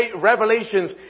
revelations